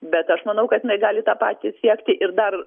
bet aš manau kad jinai gali tą patį siekti ir dar